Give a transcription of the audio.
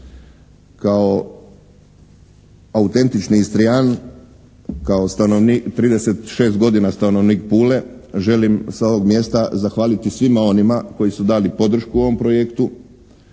kao autentični Istrijan, kao 36 godina stanovnik Pule želim sa ovog mjesta zahvaliti svima onima koji su dali podršku ovom projektu.